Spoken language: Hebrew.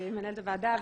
כמנהלת הוועדה,